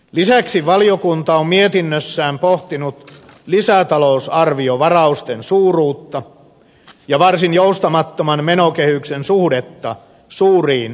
lisäksi valiokunta on mietinnössään pohtinut lisätalousarviovarausten suuruutta ja varsin joustamattoman menokehyksen suhdetta suuriin investointihankkeisiin